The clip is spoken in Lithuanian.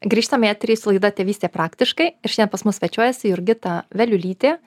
grįžtame į eterį su laida tėvystė praktiškai ir šiandien pas mus svečiuojasi jurgita veliulytė